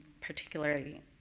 particularly